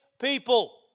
people